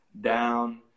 Down